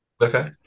Okay